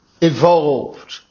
evolved